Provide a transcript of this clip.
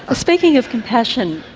ah speaking of compassion,